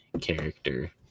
character